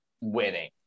winning